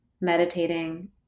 meditating